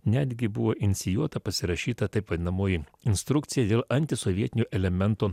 netgi buvo inicijuota pasirašyta taip vadinamoji instrukcija dėl antisovietinių elementų